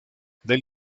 del